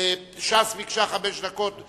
ש"ס ביקשה חמש דקות,